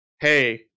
hey